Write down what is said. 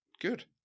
good